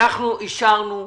אנחנו אישרנו,